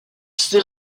ses